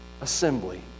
assembly